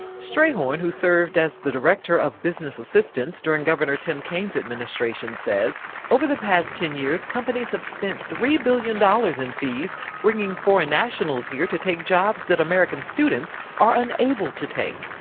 stringhorn, who served as the director of business assistance during governor tim kaine's administration, says over the past ten years companies have spent three billion dollars in fees bringing foreign nationals here to take jobs that american students are unable to take.